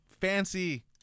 fancy